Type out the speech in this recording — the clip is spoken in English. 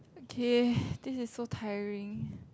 okay this is so tiring